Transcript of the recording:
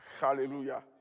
Hallelujah